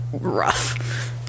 rough